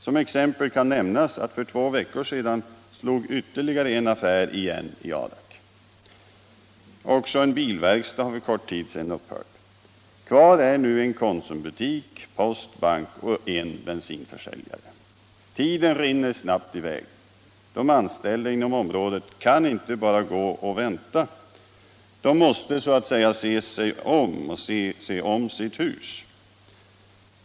Som exempel kan nämnas att för två veckor sedan ytterligare en affär slog igen i Adak. Också en bilverkstad har för kort tid sedan upphört. Kvar är nu en konsumbutik, post, bank och en bensinförsäljare. Tiden rinner i väg snabbt. De anställda inom området kan inte bara gå och vänta. De måste så att säga se om sitt hus.